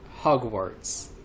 Hogwarts